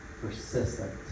persistent